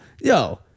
Yo